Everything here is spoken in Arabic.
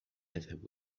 أذهب